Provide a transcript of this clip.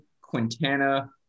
Quintana